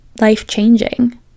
life-changing